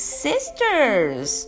sisters